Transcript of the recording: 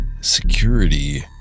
security